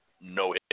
no